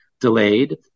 delayed